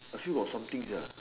I still got something